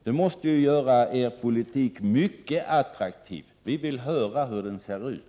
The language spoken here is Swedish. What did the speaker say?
Det måste göra er politik mycket attraktiv. Vi vill veta hur den ser ut.